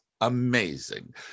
amazing